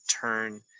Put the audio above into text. turn